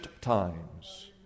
times